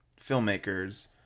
filmmakers